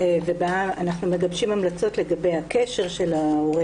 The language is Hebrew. ובה אנחנו מגבשים המלצות לגבי הקשר של ההורה